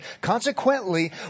Consequently